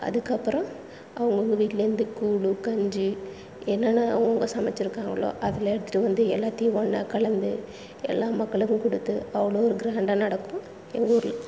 அதுக்கப்புறம் அவங்கவுங்க வீட்லேருந்து கூழ் கஞ்சி என்னென்ன அவங்கவுங்க சமைச்சிருக்காங்களோ அதெலாம் எடுத்துட்டு வந்து எல்லாத்தையும் ஒன்றா கலந்து எல்லா மக்களுக்கும் கொடுத்து அவ்வளோ ஒரு க்ராண்டாக நடக்கும் எங்கூர்ல